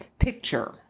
picture